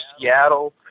Seattle